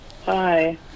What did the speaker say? Hi